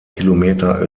kilometer